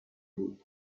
بود